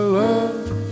love